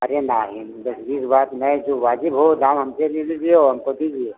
अरे नहीं दस बीस बात ना है जो वाजिव हो वो दाम हमसे ले लीजिये औ हमको दीजिये